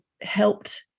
helped